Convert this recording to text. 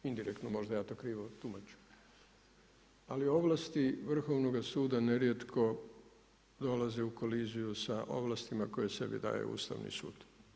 Indirektno možda ja to krivo tumačim, ali ovlasti Vrhovnoga suda nerijetko dolaze u koliziju sa ovlastima koje sebi daje Ustavni sud.